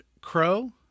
crow